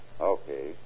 Okay